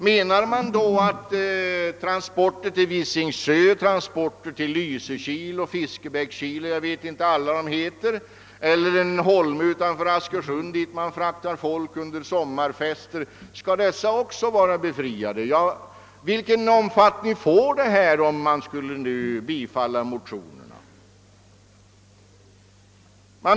Menar motionärerna då att också transporter till Visingsö, till Lysekil och Fiskebäckskil eller till en holme utanför Askersund dit man fraktar folk för sommarfester skall befrias från skatt? Vilken omfattning skulle denna befrielse erhålla om riksdagen biföll motionerna?